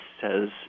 says